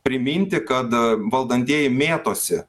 priminti kad valdantieji mėtosi